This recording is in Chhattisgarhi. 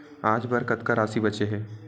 आज बर कतका राशि बचे हे?